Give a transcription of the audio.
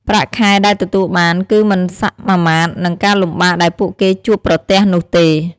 ប្រាក់ខែដែលទទួលបាន គឺមិនសមាមាត្រនឹងការលំបាកដែលពួកគេជួបប្រទះនោះទេ។